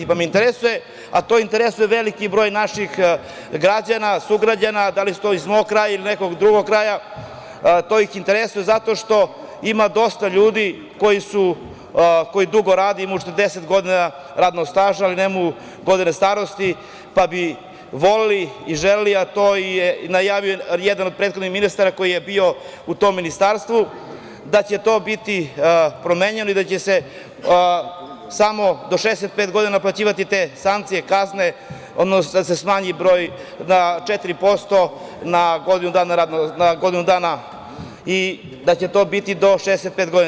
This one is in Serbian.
Interesuje me, a to interesuje i veliki broj naših građana, sugrađana da li su iz mog kraja ili nekog drugog kraja, to ih interesuje zato što ima dosta ljudi koji dugo rade, imaju 40 godina radnog staža ali nemaju godine starosti, pa bi voleli i želeli, a to je najavio jedan od prethodnih ministara koji je bio u tom ministarstvu da će to biti promenjeno i da će se samo do 65 godina naplaćivati te sankcije, kazne, odnosno da se smanji broj na 4% na godinu dana i da će to biti do 65 godina.